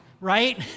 right